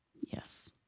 Yes